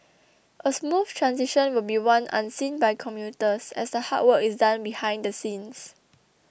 a smooth transition will be one unseen by commuters as the hard work is done behind the scenes